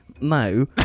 no